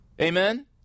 Amen